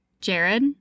Jared